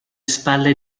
spalle